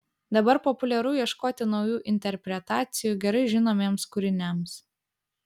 dabar populiaru ieškoti naujų interpretacijų gerai žinomiems kūriniams